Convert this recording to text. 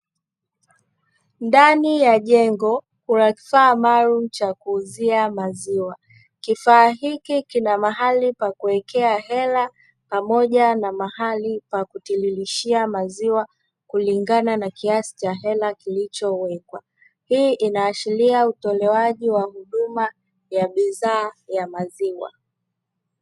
Ndani ya jengo kuna kifaa maalumu cha kuuzia maziwa, kifaa hiki kina sehemu maalumu pa kuwekea hela pamoja na mahali pa kutiririshia maziwa kulingana na kiasi cha hela kilichowekwa, hii inaashiria utoalewaji wa huduma ya bidhaa ya maziwa.